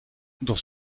dans